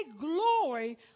glory